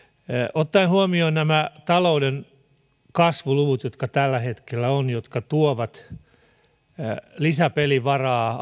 ottaen huomioon nämä talouden kasvuluvut tällä hetkellä jotka tuovat lisäpelivaraa